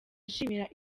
ashimira